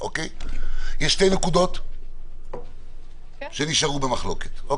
יש שתי נקודות שנשארו במחלוקת: